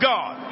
God